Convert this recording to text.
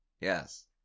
Yes